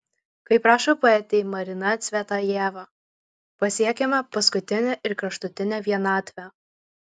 kaip rašo poetė marina cvetajeva pasiekiame paskutinę ir kraštutinę vienatvę